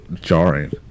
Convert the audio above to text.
jarring